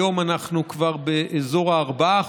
היום אנחנו כבר באזור ה-4%.